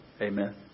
Amen